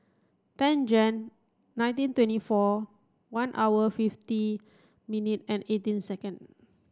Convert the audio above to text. ten Jan nineteen twenty four one hour fifty minute and eighteen second